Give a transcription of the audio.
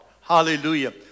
Hallelujah